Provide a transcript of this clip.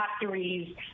factories